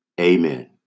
amen